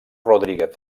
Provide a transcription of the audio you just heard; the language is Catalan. rodríguez